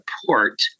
support